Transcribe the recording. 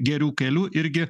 gerų kelių irgi